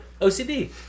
OCD